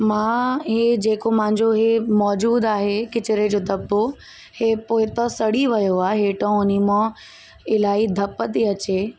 मां इहे जेको मुंहिंजो इहे मौजूदु आहे कचिरे जो दॿो इहे पोइता सड़ी वियो आहे हेठो हुन मां इलाही धप थी अचे